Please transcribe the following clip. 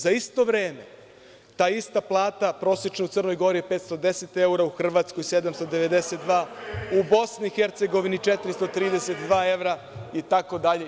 Za isto vreme ta ista plata prosečna u Crnoj Gori je 510 evra, u Hrvatskoj 792 evra, u Bosni i Hercegovini 432 evra itd.